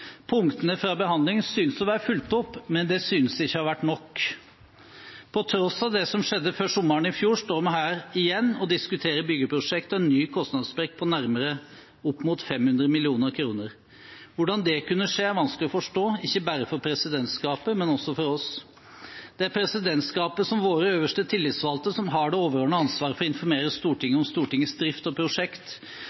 Punktene fra behandlingen synes å være fulgt opp, men det synes ikke å ha vært nok. På tross av det som skjedde før sommeren i fjor, står vi her igjen og diskuterer byggeprosjektet og en ny kostnadssprekk på opp mot 500 mill. kr. Hvordan det kunne skje, er vanskelig å forstå, ikke bare for presidentskapet, men også for oss. Det er presidentskapet, som våre øverste tillitsvalgte, som har det overordnede ansvaret for å informere